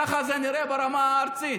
ככה זה נראה ברמה הארצית.